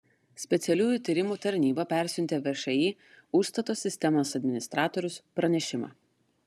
specialiųjų tyrimų tarnyba persiuntė všį užstato sistemos administratorius pranešimą